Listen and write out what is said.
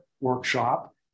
workshop